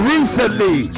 Recently